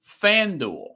FanDuel